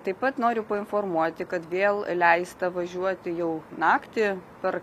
taip pat noriu painformuoti kad vėl leista važiuoti jau naktį per